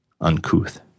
uncouth